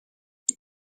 die